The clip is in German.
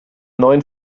neuen